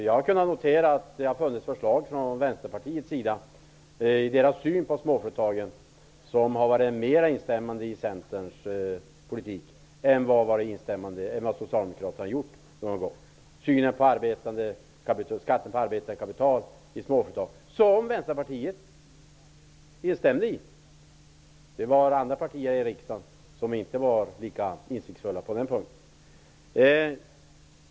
Det har ju förekommit förslag från Vänsterpartiets sida som när det gäller synen på småföretagen betytt att man mera instämt i Centerns politik än vad Socialdemokraterna någon gång har gjort. Det gäller synen på skatten på arbetande kapital i småföretag. Där har Vänsterpartiet instämt. Andra partier i riksdagen var dock inte lika insiktsfulla på den punkten.